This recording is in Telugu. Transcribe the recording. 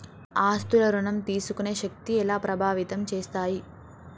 ఆస్తుల ఋణం తీసుకునే శక్తి ఎలా ప్రభావితం చేస్తాయి?